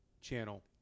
channel